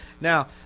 now